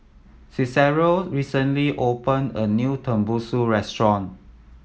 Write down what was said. Cicero recently open a new Tenmusu Restaurant